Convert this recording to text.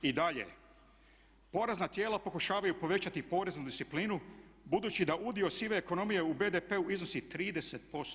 I dalje, porezna tijela pokušavaju povećati poreznu disciplinu budući da udio sive ekonomije u BDP-u iznosi 30%